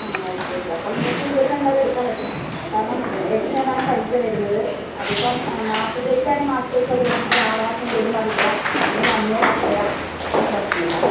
ആ okay okay അപ്പം നിങ്ങൾക്ക് ഇവിടെനിന്നെന്തായാലും എടുക്കാൻ പറ്റും കാരണം എട്ടുശതമാനം പലിശ വരുന്നത് അതിപ്പം മാസത്തേക്ക് വേണേ മാസത്തേക്കാക്കിത്തരാം അല്ലെങ്കിൽ ആറുമാസം കൂടുമ്പോൾ ആക്കിത്തരാം അല്ലെ വൺ ഇയർ ആക്കിത്തരാം അതൊന്നും പ്രശ്നമില്ല